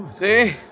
see